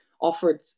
offered